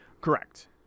Correct